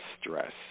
stress